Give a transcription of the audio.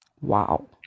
Wow